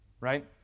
right